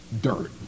dirt